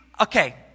okay